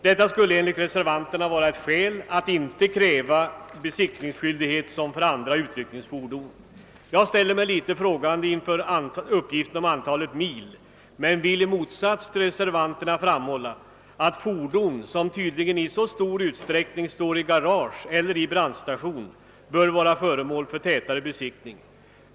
Detta skulle enligt reservanterna vara ett skäl att inte kräva besiktningsskyldighet som för andra utryckningsfordon. Jag ställer mig litet frågande inför uppgiften om antalet mil men vill i motsats till reservanterna framhålla att fordon som tydligen i så stor utsträckning står i garage eller i en brandstation bör vara föremål för tätare besiktning.